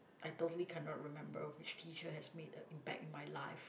I totally cannot remember which teacher has made a impact in my life